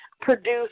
produce